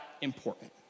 important